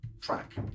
track